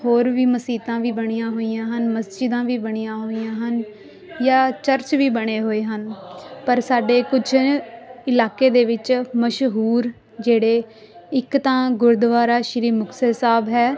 ਹੋਰ ਵੀ ਮਸੀਤਾਂ ਵੀ ਬਣੀਆਂ ਹੋਈਆਂ ਹਨ ਮਸਜਿਦਾਂ ਵੀ ਬਣੀਆਂ ਹੋਈਆਂ ਹਨ ਜਾਂ ਚਰਚ ਵੀ ਬਣੇ ਹੋਏ ਹਨ ਪਰ ਸਾਡੇ ਕੁਝ ਇਲਾਕੇ ਦੇ ਵਿੱਚ ਮਸ਼ਹੂਰ ਜਿਹੜੇ ਇੱਕ ਤਾਂ ਗੁਰਦੁਆਰਾ ਸ਼੍ਰੀ ਮੁਕਤਸਰ ਸਾਹਿਬ ਹੈ